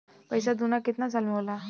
पैसा दूना कितना साल मे होला?